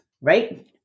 right